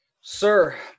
Sir